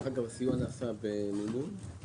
הייעוץ נעשה בתשלום של העסקים?